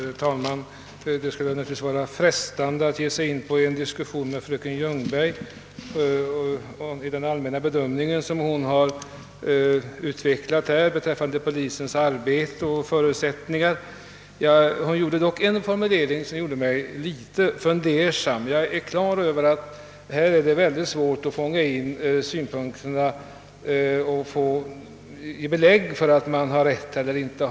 Herr talman! Det skulle naturligtvis vara frestande att ge sig in på en diskussion med fröken Ljungberg beträffande hennes allmänna bedömning av polisens arbete och förutsättningar. Hon använde därvidlag en formulering som gjorde mig litet fundersam. Jag är på det klara med att det på detta område är mycket svårt att få belägg för att nå gon har rätt eller fel.